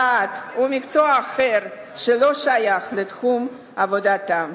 דת או מקצוע אחר שלא שייך לתחום עבודתם.